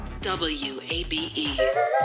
WABE